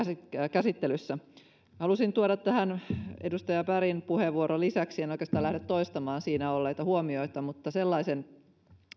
käsittelyssä halusin tuoda tähän edustaja bergin puheenvuoron lisäksi en oikeastaan lähde toistamaan siinä olleita huomioita sellaisen